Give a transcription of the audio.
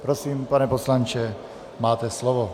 Prosím, pane poslanče, máte slovo.